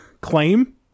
claim